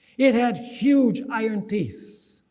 it had huge iron teeth.